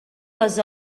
les